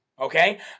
Okay